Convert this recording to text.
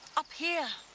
up here.